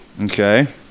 Okay